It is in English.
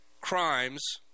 crimes